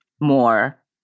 more